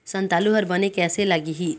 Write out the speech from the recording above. संतालु हर बने कैसे लागिही?